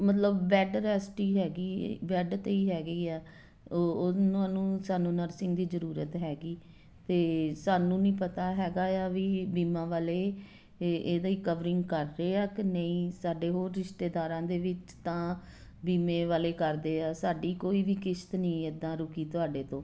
ਮਤਲਬ bed rest ਹੀ ਹੈਗੀ ਬੈਡ 'ਤੇ ਹੀ ਹੈਗੀ ਆ ਉਹ ਉਹਨਾਂ ਨੂੰ ਸਾਨੂੰ ਨਰਸਿੰਗ ਦੀ ਜ਼ਰੂਰਤ ਹੈਗੀ ਅਤੇ ਸਾਨੂੰ ਵੀ ਪਤਾ ਹੈਗਾ ਆ ਵੀ ਬੀਮਾ ਵਾਲੇ ਏ ਇਹਦੀ ਕਵਰਿੰਗ ਕਰ ਰਹੇ ਆ ਕੇ ਨਹੀਂ ਸਾਡੇ ਹੋਰ ਰਿਸ਼ਤੇਦਾਰਾਂ ਦੇ ਵਿੱਚ ਤਾਂ ਬੀਮੇ ਵਾਲੇ ਕਰਦੇ ਆ ਸਾਡੀ ਕੋਈ ਵੀ ਕਿਸ਼ਤ ਨਹੀਂ ਇੱਦਾਂ ਰੁਕੀ ਤੁਹਾਡੇ ਤੋਂ